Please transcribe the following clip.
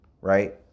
right